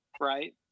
right